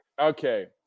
Okay